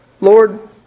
Lord